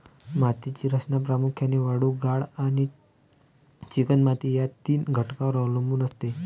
मातीची रचना प्रामुख्याने वाळू, गाळ आणि चिकणमाती या तीन घटकांवर अवलंबून असते